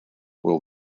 will